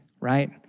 Right